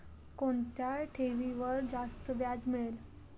कोणत्या ठेवीवर जास्त व्याज मिळेल?